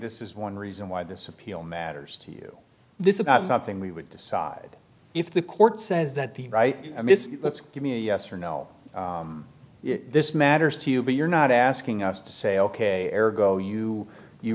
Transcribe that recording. this is one reason why this appeal matters to you this about something we would decide if the court says that the right looks give me a yes or no this matters to you but you're not asking us to say ok fair go you you